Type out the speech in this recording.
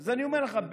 אז אני אומר לך,